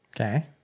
Okay